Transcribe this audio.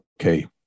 okay